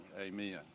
amen